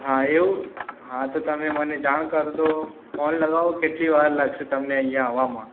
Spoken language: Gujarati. હા એવું હા તો તમે મને જાણ કરશો ફોન લગાવો કેટલી વાર લાગશે તમને અહીંયા આવવામાં